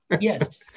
yes